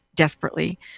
Desperately